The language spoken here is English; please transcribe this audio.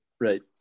Right